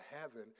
heaven